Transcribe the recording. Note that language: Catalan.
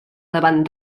davant